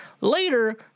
later